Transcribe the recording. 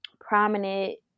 prominent